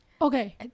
Okay